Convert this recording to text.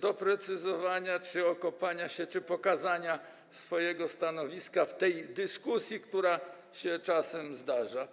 doprecyzowania czy okopania się, czy pokazania swojego stanowiska w dyskusji, która się czasem zdarza.